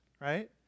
Right